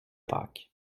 pâques